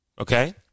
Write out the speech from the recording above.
Okay